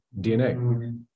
dna